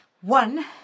One